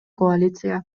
коалиция